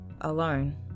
Alone